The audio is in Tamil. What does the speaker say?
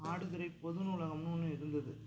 ஆடுதுறை பொது நூலகம்னு ஒன்று இருந்தது